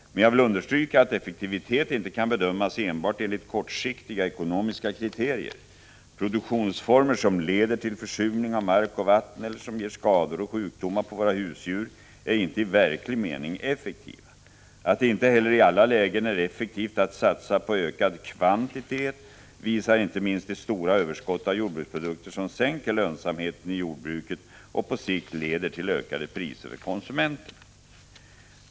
Men jag vill understryka att effektivitet inte kan bedömas enbart enligt kortsiktiga ekonomiska kriterier. Produktionsformer som leder till försurning av mark och vatten eller som ger skador och sjukdomar på våra husdjur ärinte i verklig mening effektiva. Att det inte heller i alla lägen är effektivt att satsa på ökad kvantitet visar inte minst de stora överskott av jordbruksprodukter som sänker lönsamheten i jordbruket och på sikt leder till ökade priser för konsumenterna.